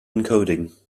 encoding